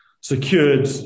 secured